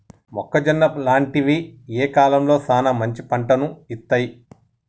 మొక్కజొన్న లాంటివి ఏ కాలంలో సానా మంచి పంటను ఇత్తయ్?